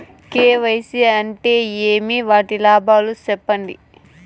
KYC అంటే ఏమి? వాటి లాభాలు సెప్పండి?